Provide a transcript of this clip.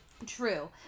True